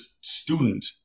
student